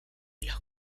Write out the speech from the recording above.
los